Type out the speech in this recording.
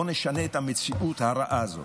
בואו נשנה את המציאות הרעה הזאת.